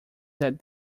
that